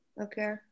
Okay